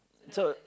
so